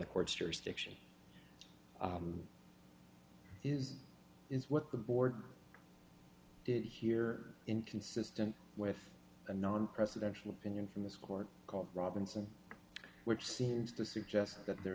is is what the board did here inconsistent with the non presidential opinion from this court called robinson which seems to suggest that there